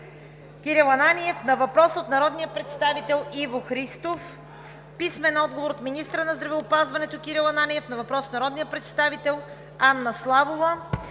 Кирил Ананиев на въпрос от народния представител Иво Христов; - министъра на здравеопазването Кирил Ананиев на въпрос от народния представител Анна Славова;